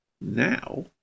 now